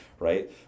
Right